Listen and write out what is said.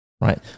right